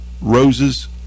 roses